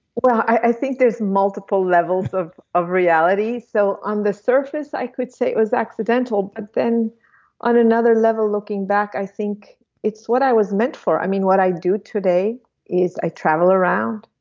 well i think there's multiple levels of of reality, so on the surface i could say it was accidental but then on another level looking back i think it's what i was meant for. i mean what i do today is i travel around,